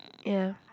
ya